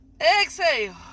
Exhale